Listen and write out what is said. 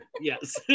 yes